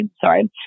sorry